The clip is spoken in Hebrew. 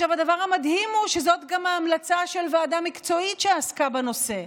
הדבר המדהים הוא שזאת גם ההמלצה של ועדה מקצועית שעסקה בנושא.